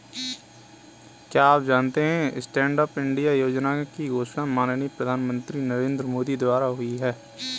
क्या आप जानते है स्टैंडअप इंडिया योजना की घोषणा माननीय प्रधानमंत्री नरेंद्र मोदी द्वारा हुई?